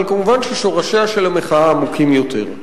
אבל כמובן שורשיה של המחאה עמוקים יותר.